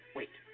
Wait